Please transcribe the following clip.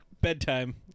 bedtime